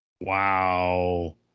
Wow